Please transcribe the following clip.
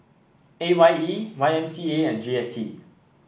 A Y E Y M C A and G S T